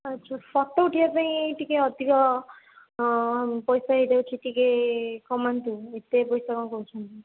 ଆଚ୍ଛା ଫୋଟ ଉଠେଇବା ପାଇଁ ଟିକିଏ ଅଧିକ ପଇସା ହେଇଯାଉଛି ଟିକିଏ କମାନ୍ତୁ ଏତେ ପଇସା କ'ଣ କହୁଛନ୍ତି